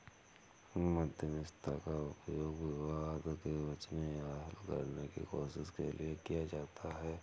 मध्यस्थता का उपयोग विवाद से बचने या हल करने की कोशिश के लिए किया जाता हैं